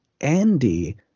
Andy